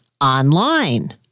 online